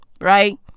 right